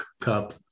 Cup